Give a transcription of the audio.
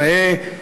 ראה,